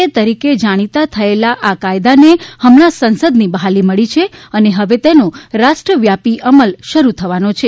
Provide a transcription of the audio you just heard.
તરીકે જાણીતા થયેલા આ કાયદાને હમણાં સંસદની બહાલી મળી છે અને હવે તેનો રાષ્ટ્રવ્યાપી અમલ શરૂ થવાનો છે